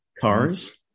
cars